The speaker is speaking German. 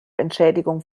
entschädigung